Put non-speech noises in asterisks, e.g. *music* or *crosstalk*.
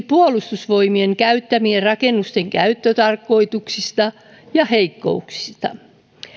*unintelligible* puolustusvoimien käyttämien rakennusten käyttötarkoituksista ja heikkouksista